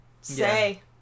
say